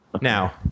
Now